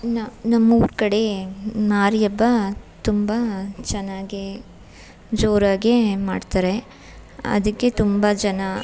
ನ ನಮ್ಮೂರ ಕಡೆ ಮಾರಿ ಹಬ್ಬ ತುಂಬ ಚೆನ್ನಾಗೇ ಜೋರಾಗೇ ಮಾಡ್ತಾರೆ ಅದಕ್ಕೆ ತುಂಬ ಜನ